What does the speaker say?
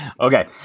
Okay